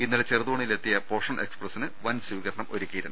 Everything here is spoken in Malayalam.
ഇന്നലെ ചെറുതോ ണിയിൽ എത്തിയ പോഷൺ എക്സ്പ്രസിന് വൻ സ്വീകരണം ഒരുക്കിയി രുന്നു